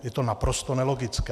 Je to naprosto nelogické.